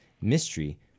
mystery